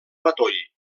matoll